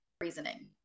reasoning